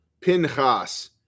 Pinchas